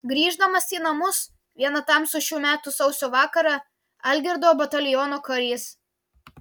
grįždamas į namus vieną tamsų šių metų sausio vakarą algirdo bataliono karys